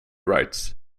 rights